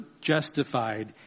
justified